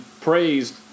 praised